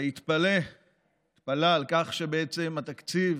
והתפלא על כך שבעצם התקציב